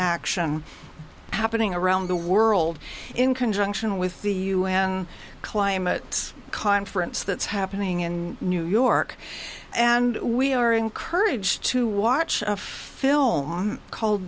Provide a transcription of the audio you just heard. action happening around the world in conjunction with the un climate conference that's happening in new york and we are encouraged to watch a film called